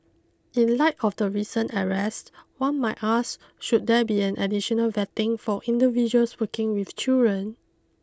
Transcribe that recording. in light of the recent arrest one might ask should there be an additional vetting for individuals working with children